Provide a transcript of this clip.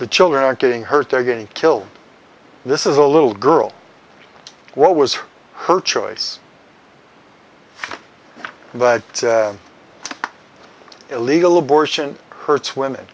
the children are getting hurt they're getting killed this is a little girl what was her choice but illegal abortion hurts women